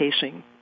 casing